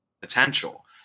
potential